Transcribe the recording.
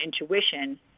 intuition